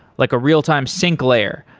like a real-time sync layer,